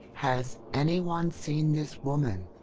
has anyone seen this woman?